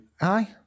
Aye